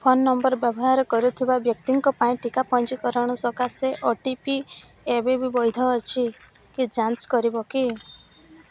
phone number ବ୍ୟବହାର କରୁଥିବା ବ୍ୟକ୍ତିଙ୍କ ପାଇଁ ଟିକା ପଞ୍ଜୀକରଣ ସକାଶେ ଓ ଟି ପି ଏବେ ବି ବୈଧ ଅଛି କି ଯାଞ୍ଚ କରିବ କି